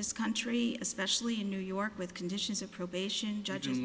this country especially in new york with conditions of probation judge